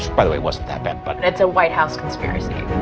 by the way, it wasn't that bad. but it's a white house conspiracy.